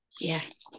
Yes